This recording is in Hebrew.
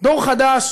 דור חדש